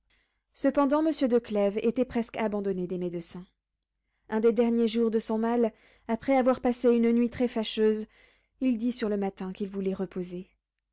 cependant monsieur de clèves était presque abandonné des médecins un des derniers jours de son mal après avoir passé une nuit très fâcheuse il dit sur le matin qu'il voulait reposer